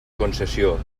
concessió